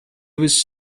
was